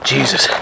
Jesus